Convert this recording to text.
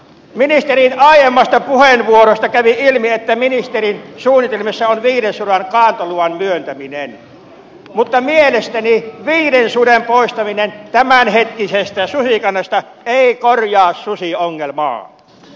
ministerin aiemmasta puheenvuorosta kävi ilmi että ministerin suunnitelmissa on viiden suden kaatoluvan myöntäminen mutta mielestäni viiden suden poistaminen tämänhetkisestä susikannasta ei korjaa susiongelmaa